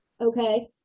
Okay